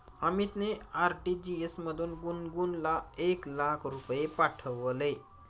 अमितने आर.टी.जी.एस मधून गुणगुनला एक लाख रुपये पाठविले